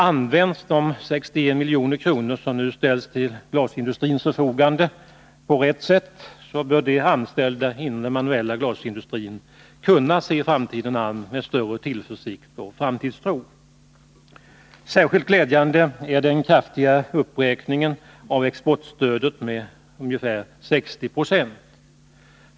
Används de 61 milj.kr. som nu ställs till glasindustrins förfogande på rätt sätt bör de anställda inom den manuella glasindustrin kunna se framtiden an med större tillförsikt och framtidstro. Särskilt glädjande är den kraftiga uppräkningen av exportstödet med ungefär 60 90.